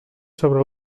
sobre